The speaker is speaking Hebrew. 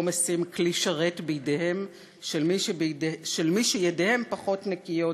משים כלי שרת בידיהם של מי שידיהם פחות נקיות,